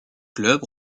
club